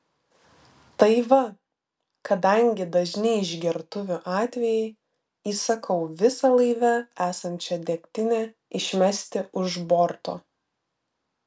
tai va kadangi dažni išgertuvių atvejai įsakau visą laivę esančią degtinę išmesti už borto